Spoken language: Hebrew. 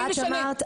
בואי נשנה.